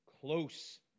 close